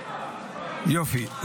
יופי,